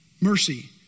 Mercy